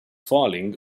falling